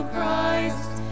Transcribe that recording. Christ